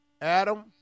Adam